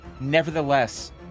Nevertheless